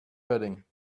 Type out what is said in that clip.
pudding